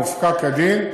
מופקע כדין,